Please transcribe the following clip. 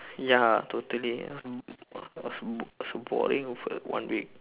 ya totally it was it was it was a boring one week